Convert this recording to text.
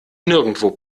nirgendwo